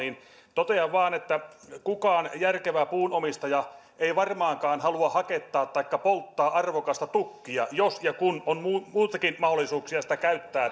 totean vain että kukaan järkevä puunomistaja ei varmaankaan halua hakettaa taikka polttaa arvokasta tukkia jos ja kun on muitakin mahdollisuuksia sitä käyttää